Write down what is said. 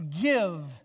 give